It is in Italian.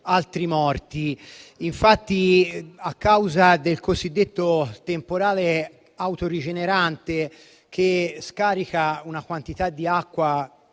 altri morti. A causa del cosiddetto temporale autorigenerante, che scarica una quantità di acqua